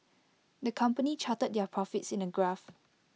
the company charted their profits in A graph